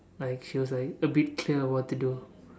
like she was like a bit clear of what to do